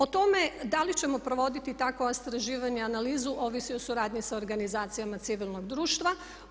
O tome da li ćemo provoditi takova istraživanja i analizu ovisi o suradnji sa organizacijama civilnog društva.